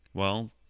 well,